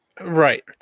Right